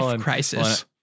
crisis